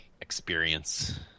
experience